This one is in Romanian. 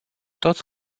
toți